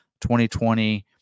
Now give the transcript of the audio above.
2020